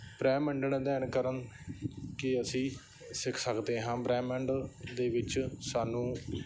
ਬ੍ਰਹਿਮੰਡ ਦਾ ਅਧਿਐਨ ਕਰਨ ਕੇ ਅਸੀਂ ਸਿੱਖ ਸਕਦੇ ਹਾਂ ਬ੍ਰਹਿਮੰਡ ਦੇ ਵਿੱਚ ਸਾਨੂੰ